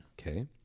Okay